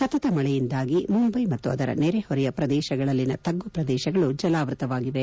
ಸತತ ಮಳೆಯಿಂದಾಗಿ ಮುಂಬೈ ಮತ್ತು ಅದರ ನೆರೆ ಹೊರೆಯ ಪ್ರದೇಶಗಳಲ್ಲಿನ ತಗ್ಗು ಪ್ರದೇಶಗಳು ಜಲಾವೃತವಾಗಿದೆ